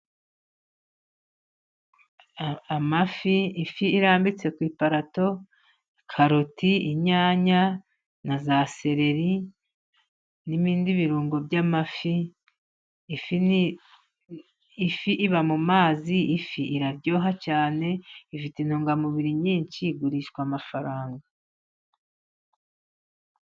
Amafi, ifi irambitse ku iparato. Karoti, inyanya na za seleri n'ibindi birungo by'amafi. Ifi iba mu mazi, ifi iraryoha cyane. Ifite intungamubiri nyinshi, igurishwa amafaranga.